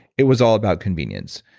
it was all about convenience,